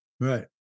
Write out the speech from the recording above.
Right